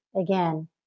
again